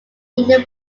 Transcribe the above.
indian